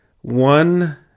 one